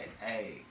hey